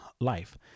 life